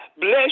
bless